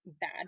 bad